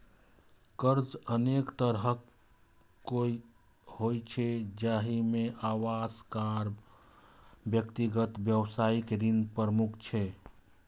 कर्ज अनेक तरहक होइ छै, जाहि मे आवास, कार, व्यक्तिगत, व्यावसायिक ऋण प्रमुख छै